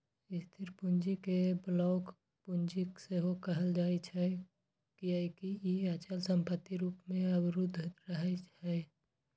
स्थिर पूंजी कें ब्लॉक पूंजी सेहो कहल जाइ छै, कियैकि ई अचल संपत्ति रूप मे अवरुद्ध रहै छै